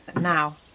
now